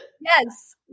Yes